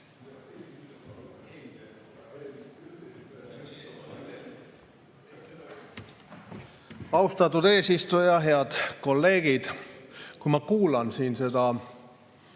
Austatud eesistuja! Head kolleegid! Ma kuulan siin seda